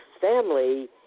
family